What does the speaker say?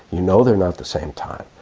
you know they are not the same time,